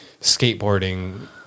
skateboarding